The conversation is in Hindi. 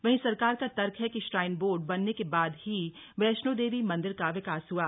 वहीं सरकार का तर्क है कि श्राइन बोर्ड बनने के बाद ही वैष्णोदेवी मंदिर का विकास हुआ